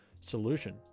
Solution